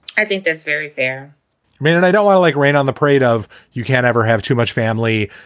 i think that's very fair. i mean, and i don't i like rain on the parade of you can't ever have too much family.